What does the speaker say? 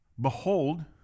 Behold